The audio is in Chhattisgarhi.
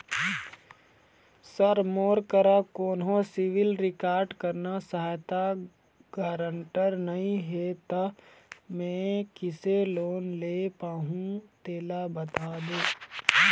सर मोर करा कोन्हो सिविल रिकॉर्ड करना सहायता गारंटर नई हे ता मे किसे लोन ले पाहुं तेला बता दे